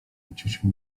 maciusiu